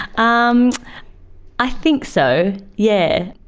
um i think so, yeah,